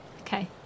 okay